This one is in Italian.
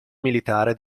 militare